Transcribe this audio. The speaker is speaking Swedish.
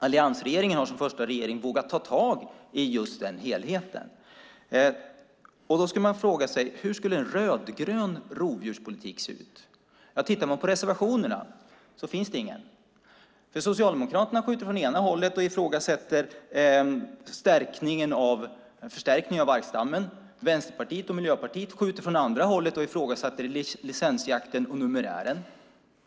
Alliansregeringen har som första regering vågat ta tag i just den helheten. Man ska fråga sig: Hur skulle en rödgrön rovdjurspolitik se ut? Tittar man på reservationerna ser man ingen, för Socialdemokraterna skjuter från ena hållet och ifrågasätter en förstärkning av vargstammen, medan Vänsterpartiet och Miljöpartiet skjuter från andra hållet och ifrågasätter licensjakten och numerären.